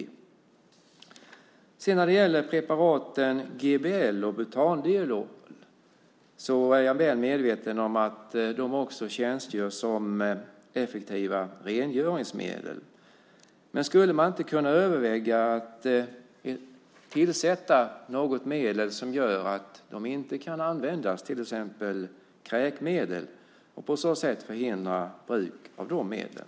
När det gäller preparaten GBL och butandiol är jag väl medveten om att de också tjänstgör som effektiva rengöringsmedel. Skulle man inte kunna överväga att tillsätta något medel som gör att de inte kan användas som droger, till exempel kräkmedel, och på så sätt förhindra bruk av medlen?